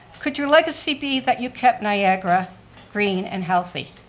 could your legacy be that you kept niagara green and healthy?